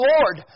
Lord